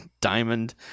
diamond